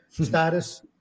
status